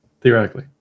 Theoretically